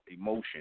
emotion